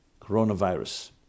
Coronavirus